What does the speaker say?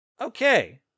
Okay